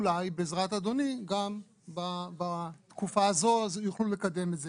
אולי בעזרת אדוני, בתקופה הזאת יוכלו לקדם את זה.